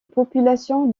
population